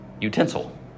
utensil